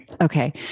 Okay